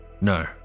no